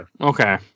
Okay